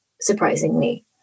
Surprisingly